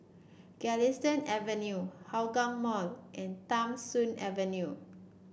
Galistan Avenue Hougang Mall and Tham Soong Avenue